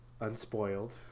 Unspoiled